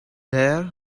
there